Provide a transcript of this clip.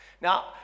Now